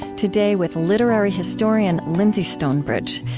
today with literary historian lyndsey stonebridge,